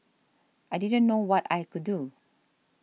I didn't know what I could do